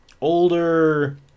older